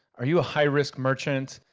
are you a high risk merchant?